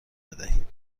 بدهید